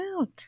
out